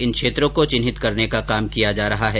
इन क्षेत्रों को चिन्हित करने का काम किया जा रहा है